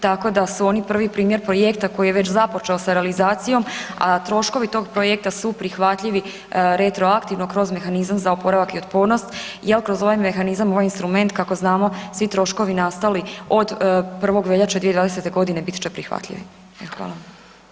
Tako da su oni prvi primjer projekta koji je već započeo sa realizacijom, a troškovi tog projekta su prihvatljivi retroaktivno kroz mehanizam za oporavak i otpornost jer kroz ovaj mehanizam, ovaj instrument kako znamo svi troškovi nastali od 1. veljače 2020. godine bit će prihvatljivi.